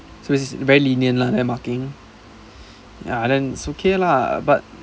so it's very lenient lah their marking ya then it's okay lah but